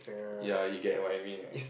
ya you get what I mean right